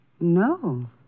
No